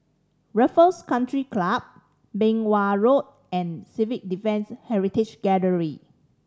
Raffles Country Club Beng Wan Road and Civil Defence Heritage Gallery